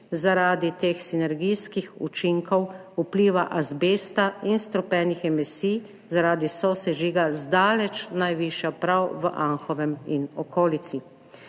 zaradi teh sinergijskih učinkov vpliva azbesta in strupenih emisij zaradi sosežiga zdaleč najvišja prav v Anhovem in okolici.